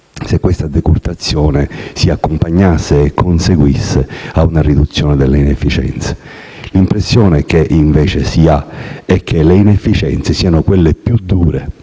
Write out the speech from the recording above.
se tale decurtazione si accompagnasse e conseguisse a una riduzione delle inefficienze. L'impressione, invece, che si ha è che le inefficienze siano quelle più dure